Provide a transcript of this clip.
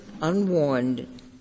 unwarned